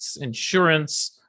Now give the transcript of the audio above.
insurance